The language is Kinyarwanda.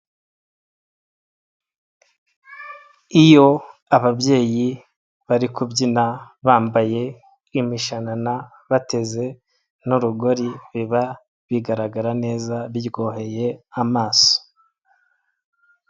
Iyo ababyeyi bari kubyina bambaye imishanana bateze n'urugori biba bigaragara neza biryoheye amaso.